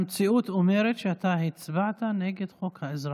המציאות אומרת שאתה הצבעת נגד חוק האזרחות.